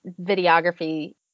videography